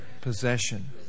possession